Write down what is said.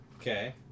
Okay